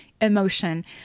emotion